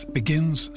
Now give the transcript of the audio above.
begins